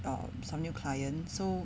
um some new client so